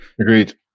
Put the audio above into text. agreed